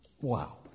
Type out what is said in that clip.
Wow